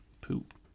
Poop